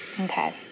Okay